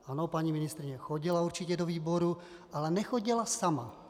Ano, paní ministryně chodila určitě do výboru, ale nechodila sama.